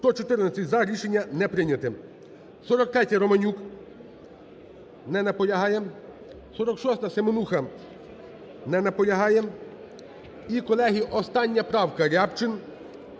За-114 Рішення не прийняте. 43-я, Романюк. Не наполягає. 46-а, Семенуха. Не наполягає. І, колеги, остання правка: Рябчин.